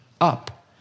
up